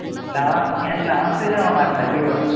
last ഞാൻ last പേജാണോ മാറ്റേണ്ടത് ട്യൂണ്